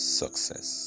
success